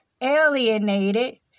alienated